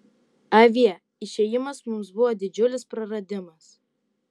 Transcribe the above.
avie išėjimas mums buvo didžiulis praradimas